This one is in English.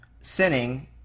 sinning